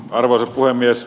arvoisa puhemies